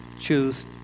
choose